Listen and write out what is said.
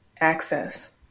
access